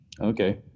Okay